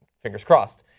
fingers crossed.